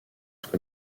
entre